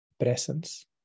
presence